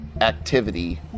activity